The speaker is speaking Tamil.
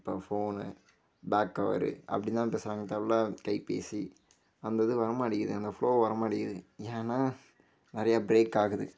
இப்போ ஃபோன்னு பேக் கவரு அப்படின்னு தான் பேசுகிறாங்களே தவிர கைப்பேசி அந்த இது வரமாட்டேங்குது அந்த ஃப்லோ வர வரமாட்டேங்குது ஏன்னா நிறைய ப்ரேக் ஆகுது